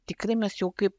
tikrai mes jau kaip